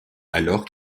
alors